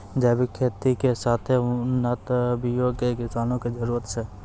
जैविक खेती के साथे उन्नत बीयो के किसानो के जरुरत छै